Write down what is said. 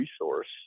resource